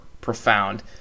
profound